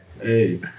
Hey